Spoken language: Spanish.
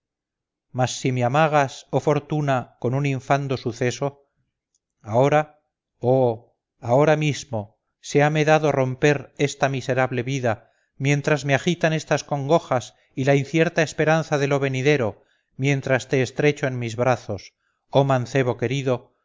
mas si me amagas oh fortuna con un infando suceso ahora oh ahora mismo séame dado romper esta miserable vida mientras me agitan estas congojas y la incierta esperanza de lo venidero mientras te estrecho en mis brazos oh mancebo querido